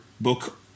book